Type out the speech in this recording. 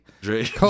Drake